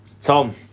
Tom